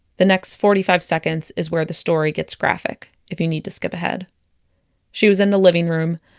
the next forty five seconds is where the story gets graphic, if you need to skip ahead she was in the living room.